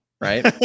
Right